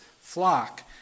flock